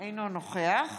אינו נוכח